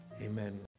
Amen